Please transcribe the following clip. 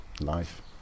life